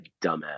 dumbass